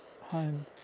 home